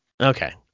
okay